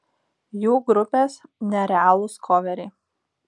jų grupės nerealūs koveriai